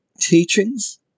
teachings